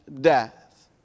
death